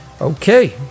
Okay